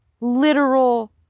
literal